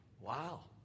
Wow